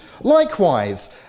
likewise